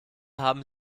haben